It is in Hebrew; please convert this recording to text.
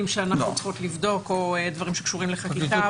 שאנחנו צריכות לבדוק או דברים שקשורים לחקיקה.